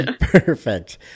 Perfect